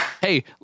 Hey